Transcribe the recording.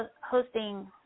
hosting